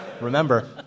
Remember